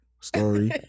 story